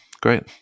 Great